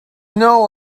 know